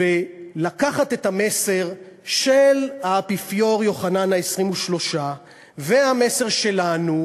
ולקחת את המסר של האפיפיור יוחנן ה-23 והמסר שלנו,